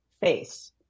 face